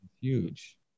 huge